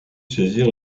saisir